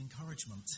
encouragement